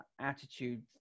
attitude